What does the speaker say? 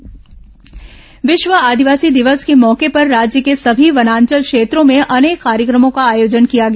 आदिवासी rally विश्व आदिवासी दिवस के मौके पर राज्य के सभी वनांचल क्षेत्रों में अनेक कार्यक्रमों का आयोजन किया गया